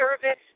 service